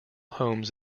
homes